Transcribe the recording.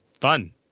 fun